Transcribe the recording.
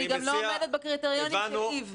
ואני גם לא עומדת בקריטריונים --- זה